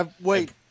wait